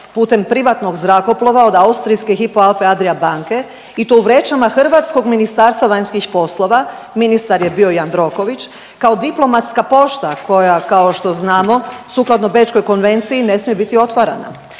putem privatnog zrakoplova od austrijske Hypo Alpe Adria banke i to u vrećama hrvatskog Ministarstva vanjskih poslova, ministar je bio Jandroković kao diplomatska pošta koja kao što znamo sukladno Bečkoj konvenciji ne smije biti otvarana.